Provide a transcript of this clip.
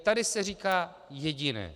Tady se říká jediné.